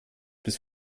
bis